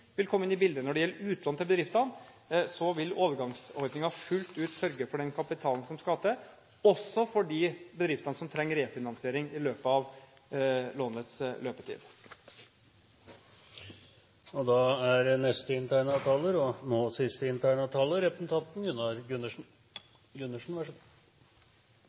vil komme inn i bildet. Når det gjelder utlån til bedriftene, vil overgangsordningen fullt ut sørge for den kapitalen som skal til, også for de bedriftene som trenger refinansiering i løpet av lånets løpetid. Bare et kort innlegg. Nå har statsråden to eller tre ganger stilt det samme spørsmålet. Jeg synes en merknad skal leses og